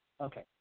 Okay